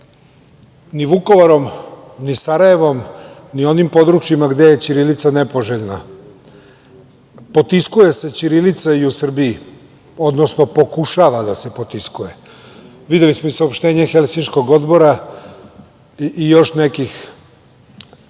ni Vukovarom, ni Sarajevom, ni onim područjima gde je ćirilica nepoželjna. Potiskuje se ćirilica i u Srbiji, odnosno pokušava da se potiskuje. Videli smo i saopštenje Helsinškog odbora i još nekih